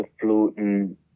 floating